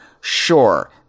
Sure